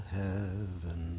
heaven